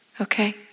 Okay